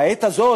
בעת הזאת,